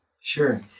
Sure